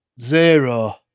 Zero